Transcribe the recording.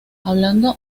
hablando